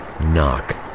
knock